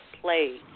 play